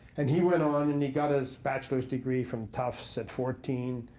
and he went on and he got his bachelor's degree from tufts at fourteen,